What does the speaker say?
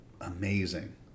amazing